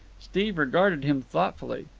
steve regarded him thoughtfully.